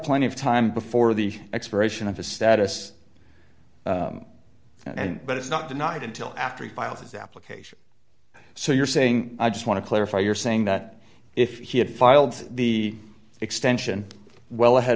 plenty of time before the expiration of a status and but it's not denied until after he filed his application so you're saying i just want to clarify you're saying that if he had filed the extension well ahead